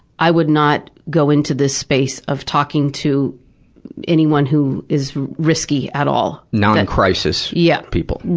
i would not go into this space of talking to anyone who is risky at all. non-crisis yeah people.